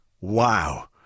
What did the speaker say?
Wow